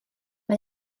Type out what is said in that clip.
mae